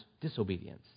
disobedience